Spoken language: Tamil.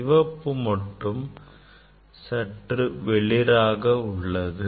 சிவப்பு மிக வெளிராக உள்ளது